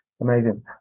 amazing